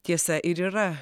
tiesa ir yra